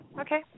Okay